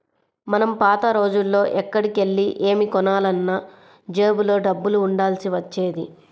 మనం పాత రోజుల్లో ఎక్కడికెళ్ళి ఏమి కొనాలన్నా జేబులో డబ్బులు ఉండాల్సి వచ్చేది